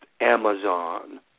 Amazon